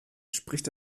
spricht